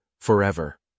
forever